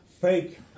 fake